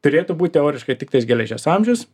turėtų būt teoriškai tiktais geležies amžius